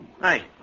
Hey